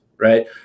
right